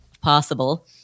possible